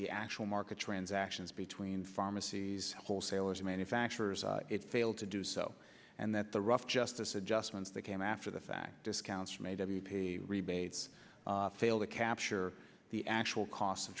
the actual market transactions between pharmacies wholesalers manufacturers it failed to do so and that the rough justice adjustments that came after the fact discounts are made of rebates fail to capture the actual costs of